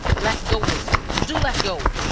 let go, wilson. do let go!